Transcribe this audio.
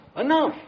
enough